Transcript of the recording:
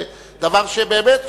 זה דבר שבאמת,